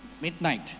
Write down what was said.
midnight